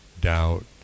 doubt